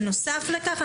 בנוסף לכך,